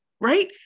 right